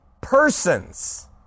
persons